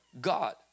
God